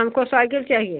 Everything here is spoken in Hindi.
हमको साइकिल चाहिए